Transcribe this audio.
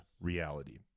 reality